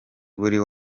buri